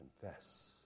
Confess